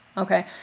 Okay